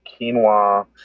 quinoa